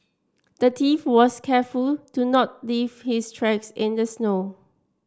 the thief was careful to not leave his tracks in the snow